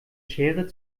schere